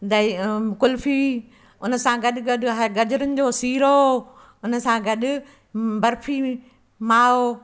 दही कुलफी हुन सां गॾु गॾु गजरूनि जो सीरो हुन सां गॾु बर्फी माओ